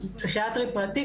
פסיכיאטרי פרטי,